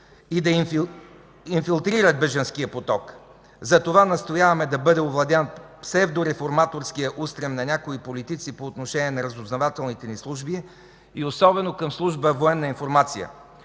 бъдат инфилтрирани в бежанския поток. Затова настояваме да бъде овладян псевдореформаторския устрем на някои политици по отношение на разузнавателните ни служби, и особено към Служба „Военна информация”.